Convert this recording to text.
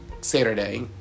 Saturday